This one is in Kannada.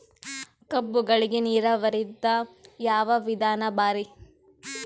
ಕಬ್ಬುಗಳಿಗಿ ನೀರಾವರಿದ ಯಾವ ವಿಧಾನ ಭಾರಿ?